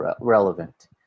relevant